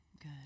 Good